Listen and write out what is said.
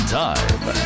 time